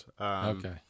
Okay